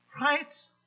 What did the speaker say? Right